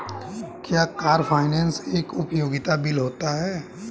क्या car finance एक उपयोगिता बिल है?